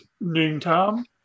noontime